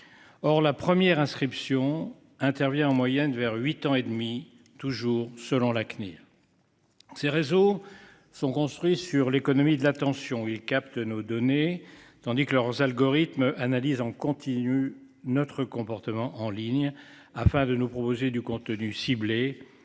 Or la première inscription intervient en moyenne vers huit ans et demi. Toujours selon la CNIL. Ces réseaux sont construits sur l'économie de la tension il capte nos données tandis que leurs algorithmes analyse en continu notre comportement en ligne afin de nous proposer du contenu ciblé